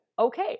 okay